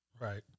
Right